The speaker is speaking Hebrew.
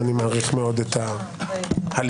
מעריך מאוד את ההליך.